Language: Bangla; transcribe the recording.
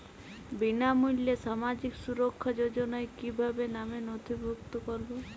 বিনামূল্যে সামাজিক সুরক্ষা যোজনায় কিভাবে নামে নথিভুক্ত করবো?